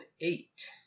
eight